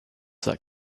that